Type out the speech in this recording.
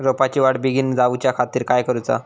रोपाची वाढ बिगीन जाऊच्या खातीर काय करुचा?